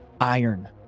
iron